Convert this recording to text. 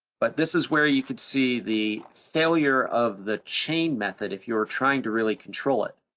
but this is where you could see the failure of the chain method, if you're trying to really control it.